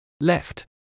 Left